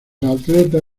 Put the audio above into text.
atletas